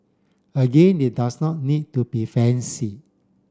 again it does not need to be fancy